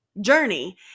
journey